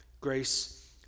Grace